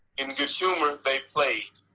in good humor, they played.